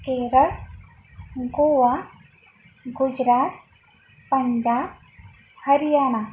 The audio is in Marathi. केरळ गोवा गुजरात पंजाब हरियाणा